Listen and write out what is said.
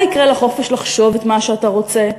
מה יקרה לחופש לחשוב את מה שאתה רוצה?